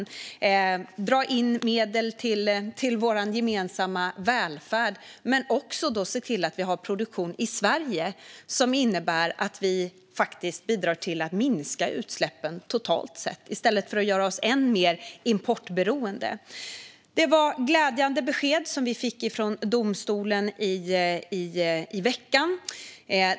De drar in medel till vår gemensamma välfärd och ser till att vi har produktion i Sverige, vilket innebär att vi bidrar till att minska utsläppen totalt sett i stället för att göra oss än mer importberoende. Det var ett glädjande besked som vi fick från domstolen i veckan.